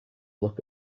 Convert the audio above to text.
look